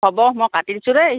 হ'ব মই কাটি দিছোঁ দেই